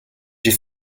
j’ai